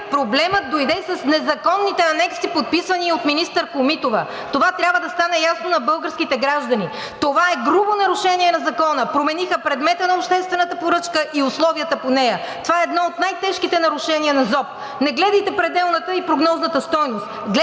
Проблемът дойде с незаконните анекси, подписани от министър Комитова. Това трябва да стане ясно на българските граждани. Това е грубо нарушение на Закона – промениха предмета на обществената поръчки и условията по нея. Това е едно от най-тежките нарушения на ЗОП. Не гледайте пределната и прогнозната стойност,